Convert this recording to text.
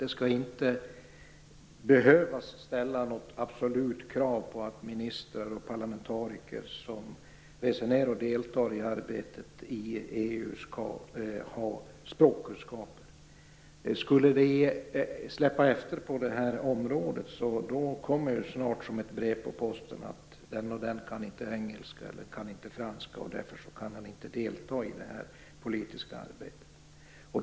Det skall inte behövas ställas absoluta krav på att ministrar och parlamentariker som reser ned och deltar i arbetet i EU skall ha språkkunskaper. Skulle vi släppa efter på detta område kommer synpunkten att de som inte kan engelska eller franska inte skall delta i det politiska arbetet som ett brev på posten.